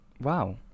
wow